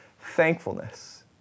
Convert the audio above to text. thankfulness